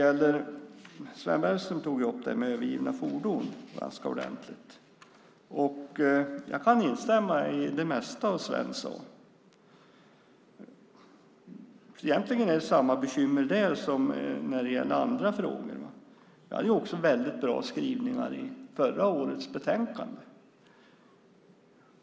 Sven Bergström tog upp det här med övergivna fordon ganska ordentligt, och jag kan instämma i det mesta av det Sven sade. Egentligen är det samma bekymmer där som när det gäller andra frågor. Vi hade väldigt bra skrivningar i förra årets betänkande.